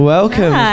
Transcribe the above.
Welcome